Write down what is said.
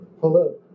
Hello